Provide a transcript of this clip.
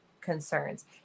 concerns